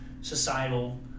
societal